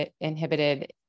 inhibited